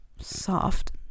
soft